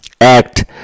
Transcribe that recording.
act